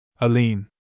Aline